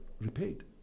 repaid